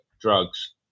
drugs